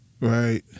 right